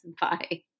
bye